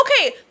okay